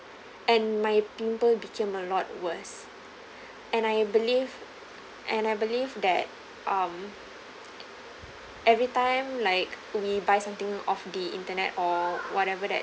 and my pimple became a lot worse and I believe and I believe that um every time like we buy something off the internet or whatever that